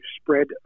spread